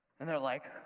and they're like,